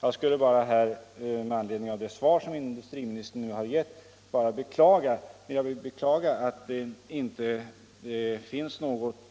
Jag vill bara med anledning av det svar som industriministern nu har gett beklaga att det inte finns